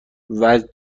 واز